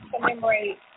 commemorate